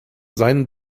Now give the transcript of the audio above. seinen